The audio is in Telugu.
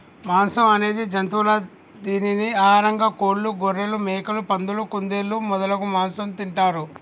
మాంసం అనేది జంతువుల దీనిని ఆహారంగా కోళ్లు, గొఱ్ఱెలు, మేకలు, పందులు, కుందేళ్లు మొదలగు మాంసం తింటారు